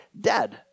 dead